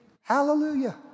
Hallelujah